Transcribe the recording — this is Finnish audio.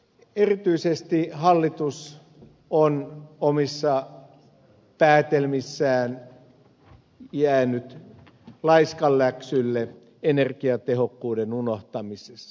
erityisesti hallitus on omissa päätelmissään jäänyt laiskanläksylle energiatehokkuuden unohtamisessa